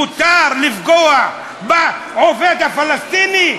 מותר לפגוע בעובד הפלסטיני?